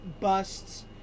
busts